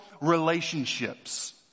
relationships